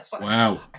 Wow